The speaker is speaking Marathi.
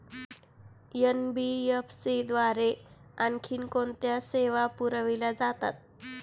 एन.बी.एफ.सी द्वारे आणखी कोणत्या सेवा पुरविल्या जातात?